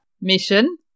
mission